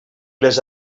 les